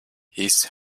his